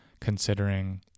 considering